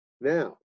now